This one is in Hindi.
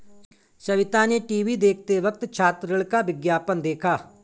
सविता ने टीवी देखते वक्त छात्र ऋण का विज्ञापन देखा